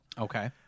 Okay